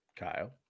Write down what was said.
Kyle